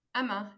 Emma